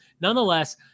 nonetheless